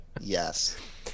yes